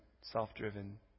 self-driven